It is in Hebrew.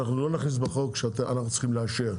אנחנו לא נכניס בחוק שאנחנו צריכים לאשר,